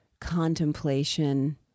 contemplation